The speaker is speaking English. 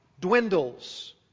dwindles